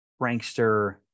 Frankster